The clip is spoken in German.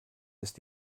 ist